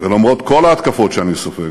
ולמרות כל ההתקפות שאני סופג,